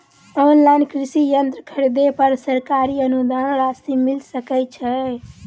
Online कृषि यंत्र खरीदे पर सरकारी अनुदान राशि मिल सकै छैय?